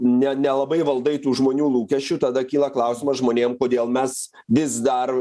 ne nelabai valdai tų žmonių lūkesčių tada kyla klausimas žmonėm kodėl mes vis dar